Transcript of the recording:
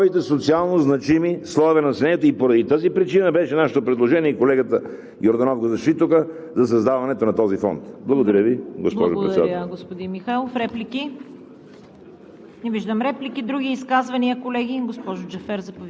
и на практика неподпомагането на най-слабите социалнозначими слоеве на населението. Поради тази причина беше нашето предложение, и тук колегата Йорданов го защити, за създаването на този фонд. Благодаря Ви, госпожо Председател.